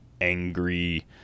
angry